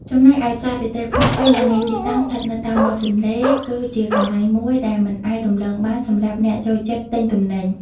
ចំណែកឯ ផ្សាររាត្រីភ្នំពេញ ដែលមានទីតាំងស្ថិតនៅតាមមាត់ទន្លេ គឺជាកន្លែងមួយដែលមិនអាចរំលងបានសម្រាប់អ្នកចូលចិត្តទិញទំនិញ។